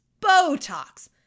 Botox